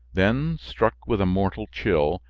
then, struck with a mortal chill,